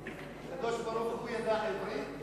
הקדוש-ברוך-הוא ידע עברית?